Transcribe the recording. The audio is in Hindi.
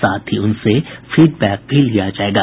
साथ ही उनसे फीडबैक भी लिया जायेगा